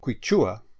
quichua